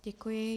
Děkuji.